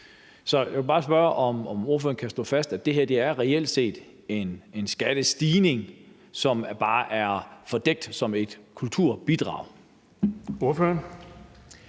Så jeg vil bare spørge, om ordføreren kan slå fast, at det her reelt set er en skattestigning, som bare optræder fordækt som et kulturbidrag.